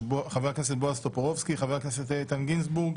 במליאה: בהתאם לסעיף 11(ב) לחוק יסודות התקציב,